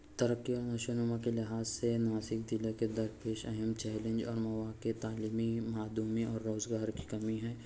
ترقی و نشوونما کے لحاظ سے ناسک ضلع کے درپیش اہم چیلنج اور مواقعے تعلیمی معدومی اور روزگار کی کمی ہے